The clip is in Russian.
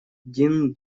дин